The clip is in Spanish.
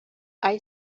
hay